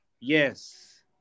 Yes